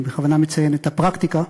אני בכוונה מציין את הפרקטיקה,